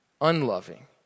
unloving